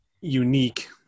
unique